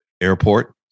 airport